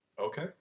Okay